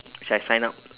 which I signed up